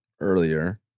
earlier